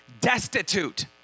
destitute